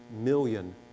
million